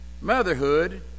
motherhood